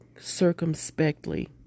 circumspectly